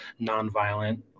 nonviolent